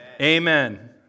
Amen